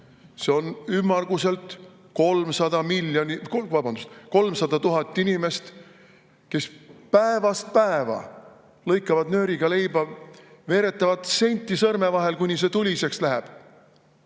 See on ümmarguselt 300 000 inimest, kes päevast päeva lõikavad nööriga leiba, veeretavad senti sõrmede vahel, kuni see tuliseks läheb,